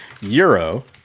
Euro